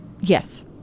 Yes